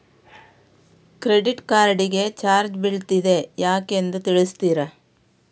Credit card ಗೆ charge ಬೀಳ್ತಿದೆ ಯಾಕೆಂದು ತಿಳಿಸುತ್ತೀರಾ?